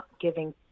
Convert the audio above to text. giving